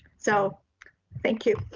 so thank you.